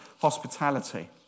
hospitality